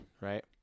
right